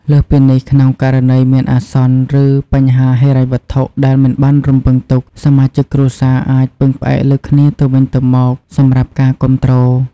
លើសពីនេះ ក្នុងករណីមានអាសន្ន ឬបញ្ហាហិរញ្ញវត្ថុដែលមិនបានរំពឹងទុក សមាជិកគ្រួសារអាចពឹងផ្អែកលើគ្នាទៅវិញទៅមកសម្រាប់ការគាំទ្រ។